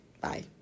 Bye